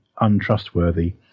untrustworthy